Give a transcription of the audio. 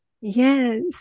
Yes